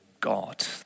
God